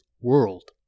world